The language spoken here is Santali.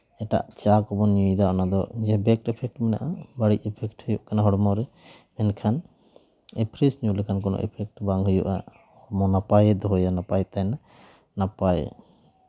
ᱮᱴᱟᱜ ᱪᱟ ᱠᱚᱵᱚᱱ ᱧᱩᱭᱫᱟ ᱚᱱᱟ ᱫᱚ ᱡᱮ ᱵᱮᱠ ᱚᱯᱷᱮᱠᱴ ᱢᱮᱱᱟᱜᱼᱟ ᱵᱟᱹᱲᱤᱡ ᱤᱯᱷᱮᱠᱴ ᱦᱩᱭᱩᱜ ᱠᱟᱱᱟ ᱦᱚᱲᱢᱚ ᱨᱮ ᱢᱮᱱᱠᱷᱟᱱ ᱚᱯᱷᱨᱮᱥ ᱧᱩ ᱞᱮᱠᱷᱟᱱ ᱠᱳᱱᱳ ᱤᱯᱷᱮᱠᱴ ᱵᱟᱝ ᱦᱩᱭᱩᱜᱼᱟ ᱦᱚᱲᱢᱚ ᱱᱟᱯᱟᱭᱮ ᱫᱚᱦᱚᱭᱟ ᱱᱟᱯᱟᱭ ᱛᱟᱦᱮᱱᱟ ᱱᱟᱯᱟᱭ